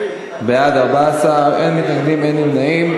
בעד, 14, אין מתנגדים, אין נמנעים.